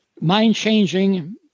mind-changing